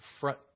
front